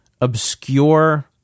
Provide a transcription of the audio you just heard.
obscure